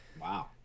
wow